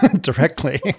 directly